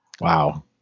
Wow